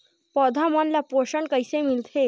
पौधा मन ला पोषण कइसे मिलथे?